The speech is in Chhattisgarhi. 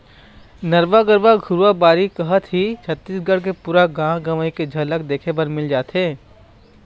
नरूवा, गरूवा, घुरूवा, बाड़ी कहत ही छत्तीसगढ़ के पुरा गाँव गंवई के झलक देखे बर मिल जाथे